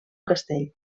castell